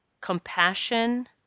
compassion